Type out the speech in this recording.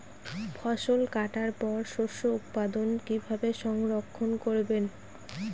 ফসল কাটার পর শস্য উৎপাদন কিভাবে সংরক্ষণ করবেন?